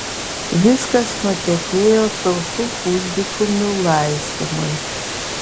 viskas nutekėjo sausų pusdykumių laistymui